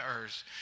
earth